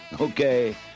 Okay